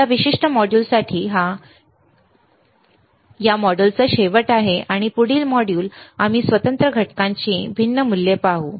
तर या विशिष्ट मॉड्यूलसाठी हा या मॉड्यूलचा शेवट आहे आणि पुढील मॉड्यूल आम्ही स्वतंत्र घटकांची भिन्न मूल्ये पाहू